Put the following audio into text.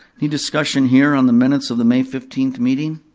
the discussion here on the minutes of the may fifteenth meeting.